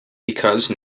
because